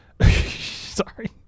Sorry